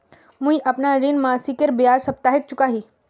मुईअपना ऋण मासिकेर बजाय साप्ताहिक चुका ही